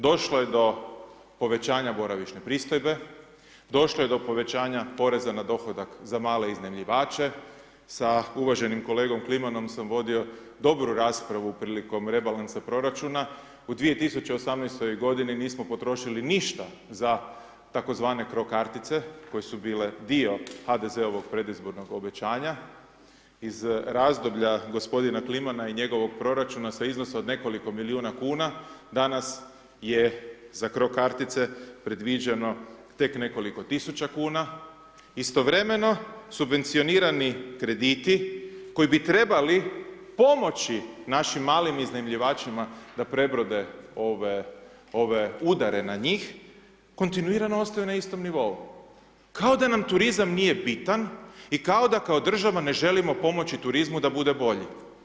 Došlo je do povećanja boravišne pristojbe, došlo je do povećanja poreza na dohodak za male iznajmljivače, sa uvaženim kolegom Klimanom sam vodio dobru raspravu prilikom rebalansa proračuna, u 2018. godini nismo potrošili ništa za tzv. Cro-kartice koje su bile dio HDZ-eovog predizbornog obećanja, iz razdoblja gospodina Klimana i njegovog proračuna sa iznosom od nekoliko milijuna kuna danas je za Cro-kartice predviđeno tek nekoliko tisuća kuna, istovremeno subvencionirani krediti koji bi trebali pomoći našim malim iznajmljivačima da prebrode ove udare na njih kontinuirano ostaju na istom nivou kao da nam turizam nije bitan i kao da kao država ne želimo pomoći turizmu da bude bolji.